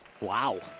Wow